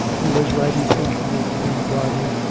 he was right in thinking it to be derby.